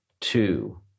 two